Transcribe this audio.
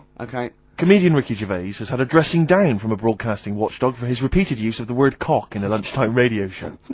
comedian ricky gervais has had a dressing down from a broadcasting watchdog for his repeated use of the word cock in a lunchtime radio show.